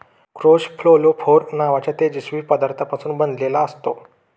कोष फ्लोरोफोर नावाच्या तेजस्वी पदार्थापासून बनलेला असतो